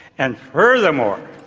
and furthermore,